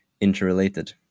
interrelated